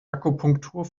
akupunktur